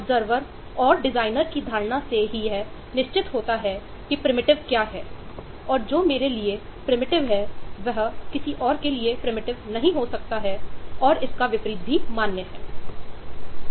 observer नहीं हो सकता है और इसका विपरीत भी मान्य है